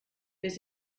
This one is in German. bis